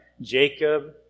Jacob